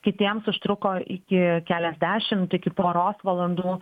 kitiems užtruko iki keliasdešimt iki poros valandų